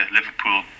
Liverpool